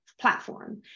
platform